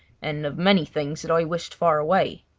and of many things that i wished far away.